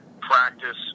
practice